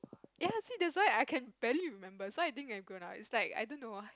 ya see that's why I can barely remember so I think I've grown up it's like I don't know why